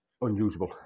unusable